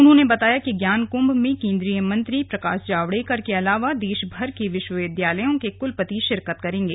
उन्होंने बताया कि ज्ञानकुंभ में केंद्रीय मंत्री प्रकाश जावडेकर के अलावा देशभर के विश्वविद्यालयों के कुलपति शिरकत करेंगे